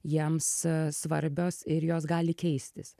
jiems svarbios ir jos gali keistis